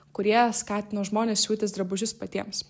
kurie skatino žmones siūtis drabužius patiems